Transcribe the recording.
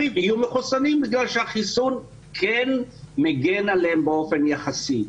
יהיו מחוסנים כי החיסון כן מגן עליהם באופן יחסי.